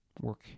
work